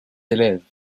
élèves